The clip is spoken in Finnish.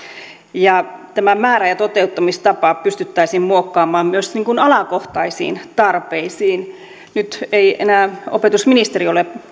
ja tämä määrä ja toteuttamistapa pystyttäisiin muokkaamaan myös alakohtaisiin tarpeisiin nyt ei enää opetusministeri ole